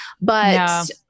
but-